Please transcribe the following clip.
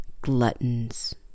gluttons